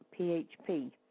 php